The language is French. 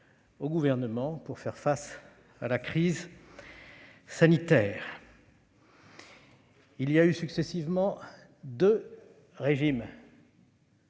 au Gouvernement pour faire face à la crise sanitaire. Il y a eu successivement deux régimes,